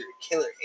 Killer